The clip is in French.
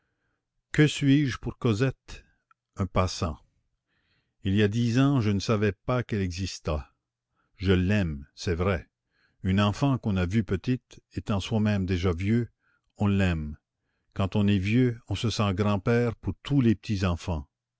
que suis-je pour cosette un passant il y a dix ans je ne savais pas qu'elle existât je l'aime c'est vrai une enfant qu'on a vue petite étant soi-même déjà vieux on l'aime quand on est vieux on se sent grand-père pour tous les